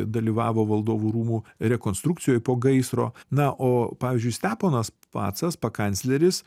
dalyvavo valdovų rūmų rekonstrukcijoj po gaisro na o pavyzdžiui steponas pacas pakancleris